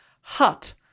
hut